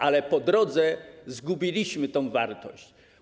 Ale po drodze zgubiliśmy tę wartość.